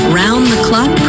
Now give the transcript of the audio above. round-the-clock